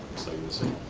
so we'll see.